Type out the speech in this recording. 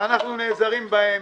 שאנחנו נעזרים בהם.